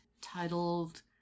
titled